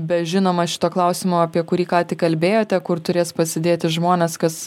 be žinoma šito klausimo apie kurį ką tik kalbėjote kur turės pasidėti žmonės kas